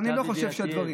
ואני לא חושב שהדברים,